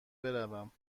بروم